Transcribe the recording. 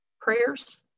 prayers